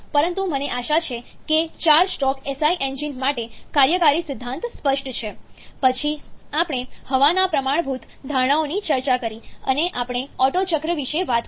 પરંતુ મને આશા છે કે 4 સ્ટ્રોક SI એન્જિન માટે કાર્યકારી સિદ્ધાંત સ્પષ્ટ છે પછી આપણે હવાના પ્રમાણભૂત ધારણાઓની ચર્ચા કરી અને આપણે ઓટ્ટો ચક્ર વિશે વાત કરી